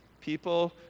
people